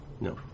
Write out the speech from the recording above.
No